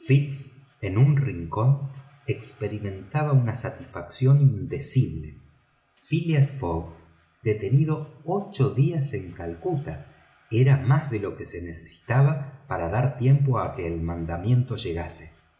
en su rincón experimentaba una satisfacción indecible phileas fogg detenido ocho días en calcuta era más de lo que necesitaba para dar tiempo a que el mandamiento llegase